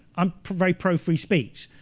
i'm very pro free speech.